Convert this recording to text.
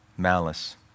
Malice